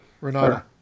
Renata